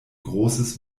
großes